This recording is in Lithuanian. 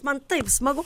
man taip smagu